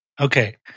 Okay